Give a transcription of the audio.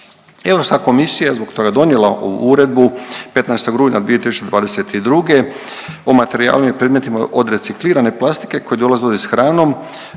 Europska komisija zbog toga donijela ovu Uredbu 15. rujna 2022. o materijalima i predmetima od reciklirane plastike koji dolaze u dodir s hranom